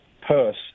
purse